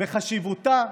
בחשיבותה,